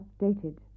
updated